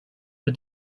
for